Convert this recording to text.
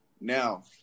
Now